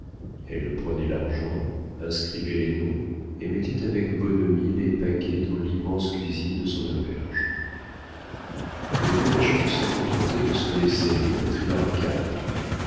elle prenait l'argent inscrivait les noms et mettait avec bonhomie les paquets dans l'immense cuisine de son auberge les voyageurs se contentaient de ce laisser-aller patriarcal